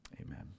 amen